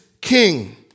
king